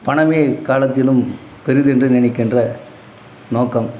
பணமே காலத்திலும் பெரிது என்று நினைக்கின்ற நோக்கம்